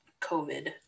COVID